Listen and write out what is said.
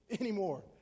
anymore